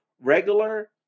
regular